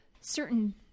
certain